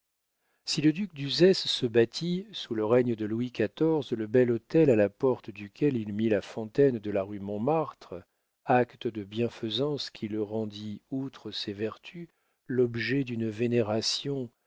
si le duc d'uzès se bâtit sous le règne de louis xiv le bel hôtel à la porte duquel il mit la fontaine de la rue montmartre acte de bienfaisance qui le rendit outre ses vertus l'objet d'une vénération